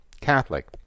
Catholic